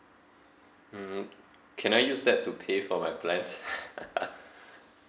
mm can I use that to pay for my plans